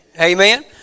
Amen